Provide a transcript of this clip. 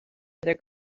other